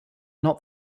not